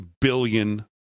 billion